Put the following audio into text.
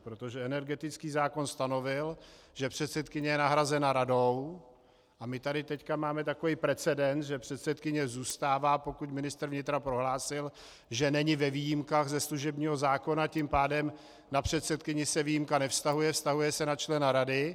Protože energetický zákon stanovil, že předsedkyně je nahrazena radou, a my tady teď máme takový precedens, že předsedkyně zůstává, pokud ministr vnitra prohlásil, že není ve výjimkách ze služebního zákona, tím pádem na předsedkyni se výjimka nevztahuje, vztahuje se na člena rady.